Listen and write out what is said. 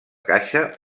caixa